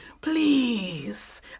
Please